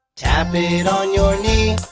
tap it on your knee.